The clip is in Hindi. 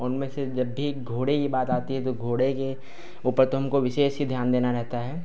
उनमें से जब भी घोड़े की बात आती है जो घोड़े के ऊपर तो हमको विशेष ही ध्यान देना रहता है